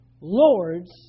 Lord's